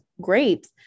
grapes